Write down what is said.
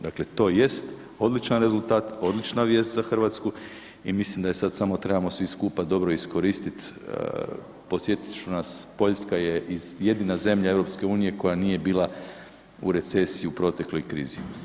Dakle to jest odličan rezultat, odlična vijest za Hrvatsku i mislim da je sad samo trebamo svi skupa dobro iskoristiti, podsjetit ću nas, Poljska je iz, jedina zemlja EU koja nije bila u recesiji u protekloj krizi.